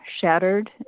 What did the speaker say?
shattered